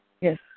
Yes